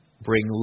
bring